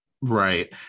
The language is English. right